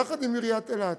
יחד עם עיריית אילת,